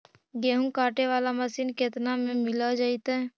गेहूं काटे बाला मशीन केतना में मिल जइतै?